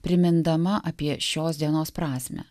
primindama apie šios dienos prasmę